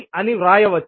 అని వ్రాయవచ్చు